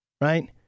right